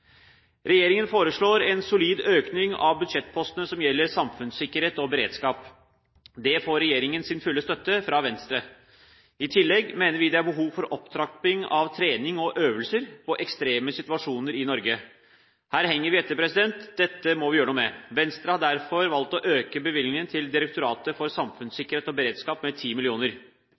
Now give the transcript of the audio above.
Regjeringen foreslår en solid økning av budsjettpostene som gjelder samfunnssikkerhet og beredskap. Det får regjeringen sin fulle støtte til fra Venstre. I tillegg mener vi det er behov for opptrapping av trening og øvelser på ekstreme situasjoner i Norge. Her henger vi etter. Dette må vi gjøre noe med. Venstre har derfor valgt å øke bevilgningen til Direktoratet for samfunnssikkerhet og beredskap med